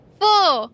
four